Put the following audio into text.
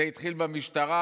זה התחיל במשטרה,